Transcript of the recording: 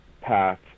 path